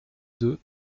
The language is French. deux